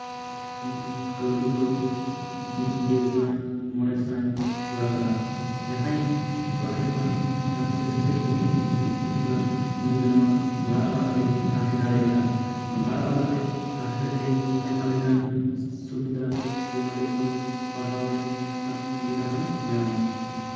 ᱠᱟᱹᱣᱰᱤ ᱫᱚ ᱢᱤᱫ ᱜᱮᱥᱟᱭ ᱢᱚᱬᱮ ᱥᱟᱭ ᱞᱟᱜᱟᱜᱼᱟ ᱡᱟᱦᱟᱸᱭ ᱵᱟᱦᱨᱮ ᱠᱚᱱ ᱠᱟᱹᱢᱤ ᱥᱮ ᱥᱮᱪᱮᱫ ᱞᱟᱹᱜᱤᱫ ᱮ ᱦᱤᱡᱩᱜᱼᱟ ᱩᱱᱤ ᱫᱚ ᱱᱚᱣᱟ ᱵᱷᱟᱲᱟ ᱚᱲᱟᱜ ᱨᱮᱭ ᱛᱟᱦᱮᱸ ᱫᱟᱲᱮᱭᱟᱜᱼᱟ ᱱᱚᱣᱟ ᱵᱷᱟᱲᱟ ᱚᱲᱟᱜ ᱨᱮ ᱛᱟᱦᱮᱸ ᱠᱟᱛᱮᱜ ᱟᱭᱢᱟ ᱞᱮᱠᱟᱱ ᱥᱩᱵᱤᱫᱷᱟ ᱥᱮ ᱱᱚᱰᱮ ᱠᱷᱚᱱ ᱯᱟᱲᱦᱟᱣ ᱨᱮᱱᱟᱜ ᱥᱩᱵᱤᱫᱷᱟ ᱦᱚᱭ ᱧᱟᱢᱟ